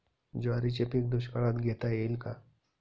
ज्वारीचे पीक दुष्काळात घेता येईल का?